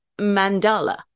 mandala